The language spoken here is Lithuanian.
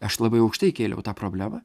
aš labai aukštai kėliau tą problemą